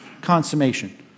consummation